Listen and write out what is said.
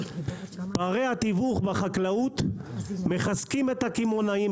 פערי התיווך בחקלאות מחזקים את הקמעונאים,